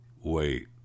Wait